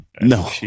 no